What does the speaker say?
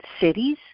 cities